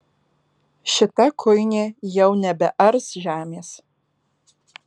šita kuinė jau nebears žemės